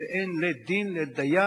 שלית דין ולית דיין,